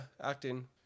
Acting